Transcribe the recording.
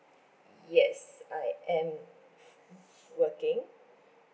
yes I am working